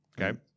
Okay